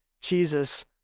Jesus